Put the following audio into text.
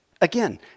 Again